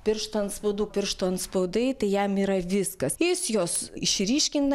piršto antspaudų pirštų antspaudai tai jam yra viskas jis juos išryškina